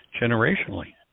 Generationally